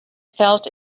felt